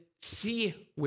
see